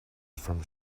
from